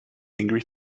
angry